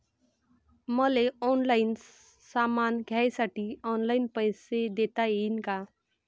मले ऑनलाईन सामान घ्यासाठी ऑनलाईन पैसे देता येईन का?